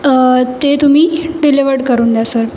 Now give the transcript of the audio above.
ते तुम्ही डिलिव्हर्ड करून द्या सर